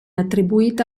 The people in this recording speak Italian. attribuita